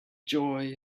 joy